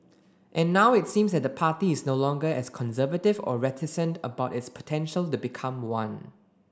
and now it seems that the party is no longer as conservative or reticent about its potential to become one